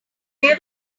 ever